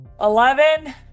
Eleven